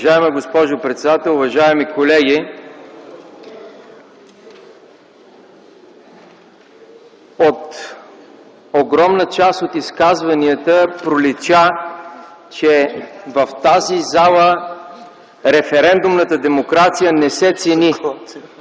Уважаема госпожо председател, уважаеми колеги! От огромна част от изказванията пролича, че в тази зала референдумната демокрация не се цени.